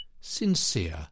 sincere